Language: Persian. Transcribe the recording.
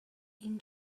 این